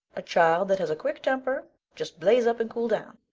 a child that has a quick temper, just blaze up and cool down,